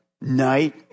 Night